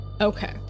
Okay